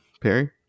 Perry